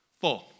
Four